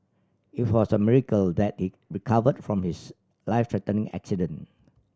it was a miracle that he recovered from his life threatening accident